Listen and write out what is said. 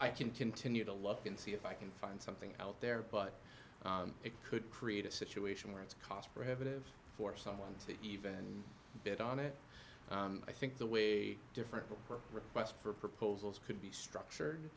i can continue to look and see if i can find something out there but it could create a situation where it's cost prohibitive for someone to even bid on it i think the way different requests for proposals could be structured